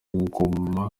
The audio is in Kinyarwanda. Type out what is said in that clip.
ingoma